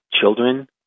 children